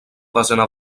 desena